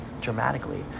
dramatically